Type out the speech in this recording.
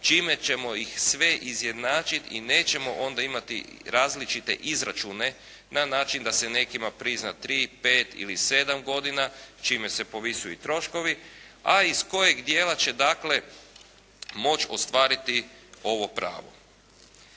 čime ćemo ih sve izjednačiti i nećemo onda imati različite izračune na način da se nekima prizna tri, pet ili sedam godina čime se povisuju i troškovi. A iz kojeg dijela će dakle moći ostvariti ovo pravo.